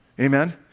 Amen